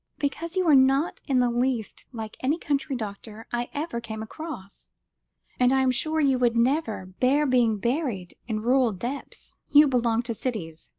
because you are not in the least like any country doctor i ever came across and i am sure you would never bear being buried in rural depths. you belong to cities,